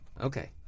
Okay